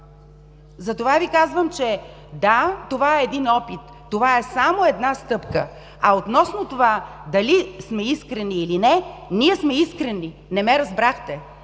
Затова Ви казвам, че – да, това е един опит, това е само една стъпка. А относно това дали сме искрени, или не – ние сме искрени. Не ме разбрахте!